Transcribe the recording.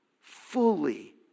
fully